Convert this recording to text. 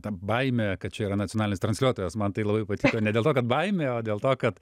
ta baimė kad čia yra nacionalinis transliuotojas man tai labai patino ne dėl to kad baimė o dėl to kad